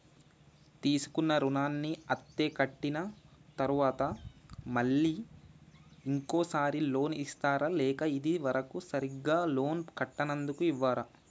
తీసుకున్న రుణాన్ని అత్తే కట్టిన తరువాత మళ్ళా ఇంకో సారి లోన్ ఇస్తారా లేక ఇది వరకు సరిగ్గా లోన్ కట్టనందుకు ఇవ్వరా?